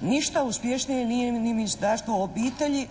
Ništa uspješnije nije niti Ministarstvo obitelji